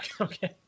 okay